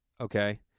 Okay